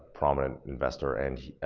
prominent investor and the